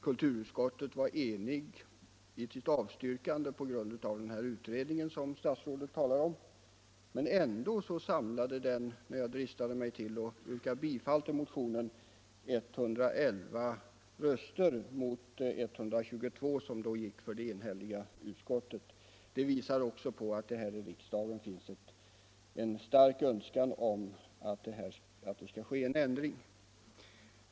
Kulturutskottet var enigt i sitt avstyrkande av motionen med hänvisning till den utredning som statsrådet talar om, men ändå samlade motionen, när jag dristade mig att 15 yrka bifall till den, 111 röster mot 122 för utskottets enhälliga förslag. Detta visar att det också här i riksdagen finns en stark önskan om att det skall ske en ändring.